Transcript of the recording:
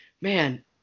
Man